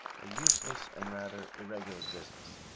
a useless and rather irregular business.